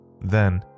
Then